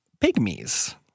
pygmies